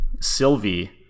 sylvie